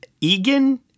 Egan